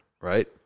right